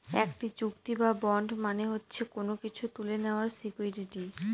একটি চুক্তি বা বন্ড মানে হচ্ছে কোনো কিছু তুলে নেওয়ার সিকুইরিটি